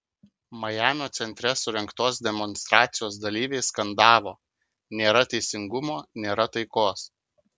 majamio centre surengtos demonstracijos dalyviai skandavo nėra teisingumo nėra taikos